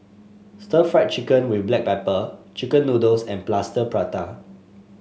Stir Fried Chicken with Black Pepper Chicken noodles and Plaster Prata